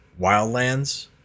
Wildlands